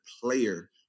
player